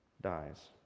dies